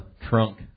trunk